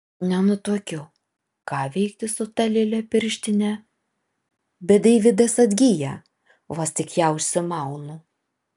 nenutuokiu ką veikti su ta lėle pirštine bet deividas atgyja vos tik ją užsimaunu